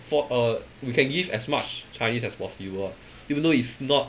for uh you can give as much chinese as possible even though it's not